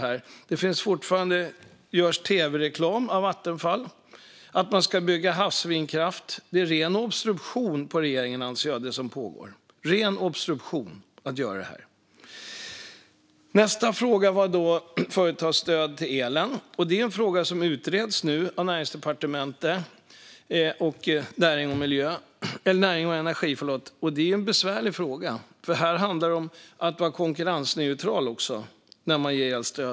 Vattenfall gör tv-reklam om att man ska bygga havsvindkraft. Det är ren obstruktion mot regeringen, anser jag. Nästa fråga gällde företagsstöd för el. Det är en fråga som nu utreds av Näringsdepartementet. Det är en besvärlig fråga, för när man ger elstöd handlar det också om att vara konkurrensneutral.